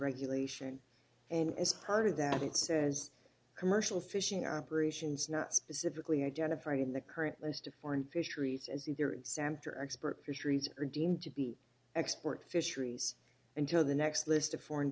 regulation and as part of that it says commercial fishing operations not specifically identified in the current list of foreign fisheries as either exempt or expert fisheries are deemed to be export fisheries until the next list of foreign